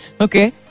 Okay